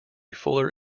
fuller